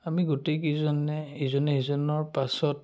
আমি গোটেইকিজনে ইজনে ইজনৰ পাছত